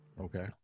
Okay